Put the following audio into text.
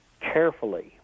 carefully